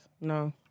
No